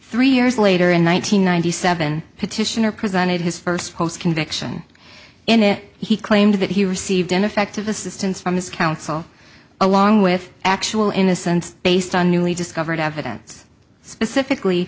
three years later in one nine hundred ninety seven petitioner presented his first post conviction in it he claimed that he received ineffective assistance from his counsel along with actual innocence based on newly discovered evidence specifically